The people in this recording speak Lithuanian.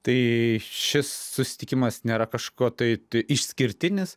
tai šis susitikimas nėra kažkuo tai išskirtinis